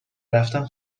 رفتن